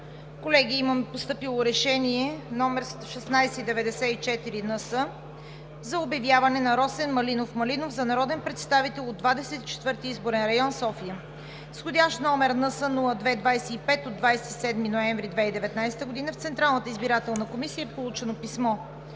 Колеги, има постъпило Решение № 1694-НС за обявяване на Росен Малинов Малинов за народен представител от Двадесет и четвърти изборен район – София. С входящ № НС-02-25 от 27 ноември 2019 г. в Централната избирателна комисия е получено писмо